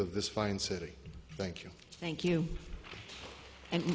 of this fine city thank you thank you and